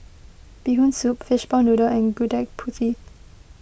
Bee Hoon Soup Fishball Noodle and Gudeg Putih